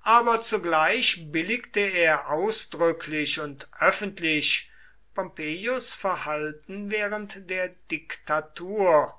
aber zugleich billigte er ausdrücklich und öffentlich pompeius verhalten während der diktatur